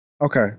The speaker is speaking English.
Okay